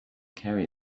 carry